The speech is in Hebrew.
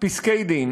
ופסקי-דין